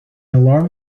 alarm